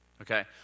Okay